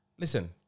Listen